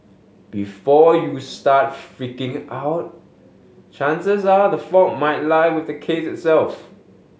before you start freaking out chances are the fault might lie with the case itself